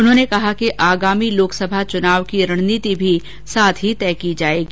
उन्होंने कहा कि आगामी लोकसभा चुनाव की रणनीति भी तय की जाएगी